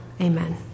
Amen